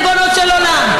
ריבונו של עולם.